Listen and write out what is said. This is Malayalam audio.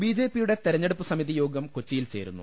ബിജെപിയുടെ തെരഞ്ഞെടുപ്പ് സമിതി യോഗം ഇന്ന് കൊച്ചി യിൽ ചേരുന്നു